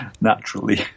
Naturally